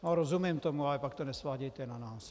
No, rozumím tomu, ale pak to nesvádějte na nás.